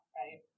right